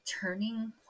turning